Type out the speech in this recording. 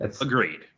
Agreed